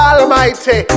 Almighty